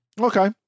Okay